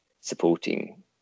supporting